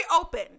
open